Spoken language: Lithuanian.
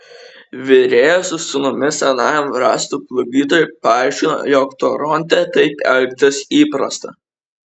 virėjas su sūnumi senajam rąstų plukdytojui paaiškino jog toronte taip elgtis įprasta